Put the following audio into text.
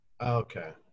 Okay